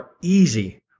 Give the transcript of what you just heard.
easy